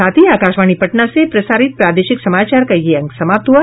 इसके साथ ही आकाशवाणी पटना से प्रसारित प्रादेशिक समाचार का ये अंक समाप्त हुआ